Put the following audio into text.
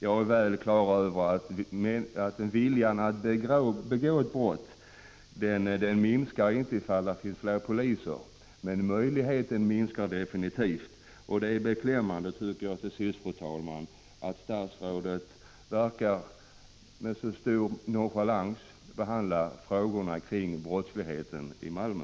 Jag är dock fullt klar över att viljan att begå ett brott inte minskar ifall det finns fler poliser. Men det är definitivt så, att möjligheterna att begå ett brott minskar. Till sist, fru talman! Det är beklämmande att statsrådet, som det verkar, med så stor nonchalans behandlar frågorna kring brottsligheten i Malmö.